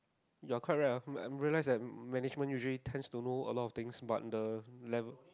you're quite right ah I realise that management usually tend to know a lot of things but then level